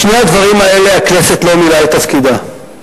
בשני הדברים האלה הכנסת לא מילאה את תפקידה.